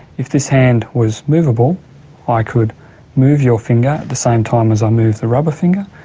if this hand was movable i could move your finger at the same time as i move the rubber finger,